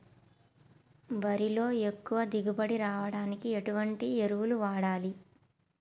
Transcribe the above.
వరిలో ఎక్కువ దిగుబడి రావడానికి ఎటువంటి ఎరువులు వాడాలి?